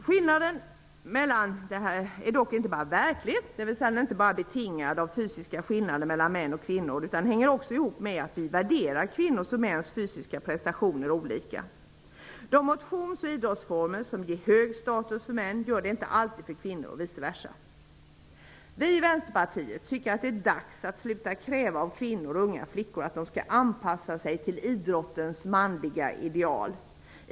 Skillnaderna är dock inte bara verkliga, dvs. de är inte bara betingade av fysiska skillnader mellan män och kvinnor, utan de hänger också ihop med att vi värderar kvinnors och mäns fysiska prestationer olika. De motions och idrottsformer som ger hög status för män gör det inte alltid för kvinnor och vice versa. Vi i Vänsterpartiet tycker att det är dags att man slutar att kräva av kvinnor och unga flickor att de skall anpassa sig till idrottens manliga ideal.